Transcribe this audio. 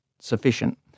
sufficient